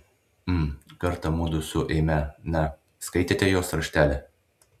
mm kartą mudu su eime na skaitėte jos raštelį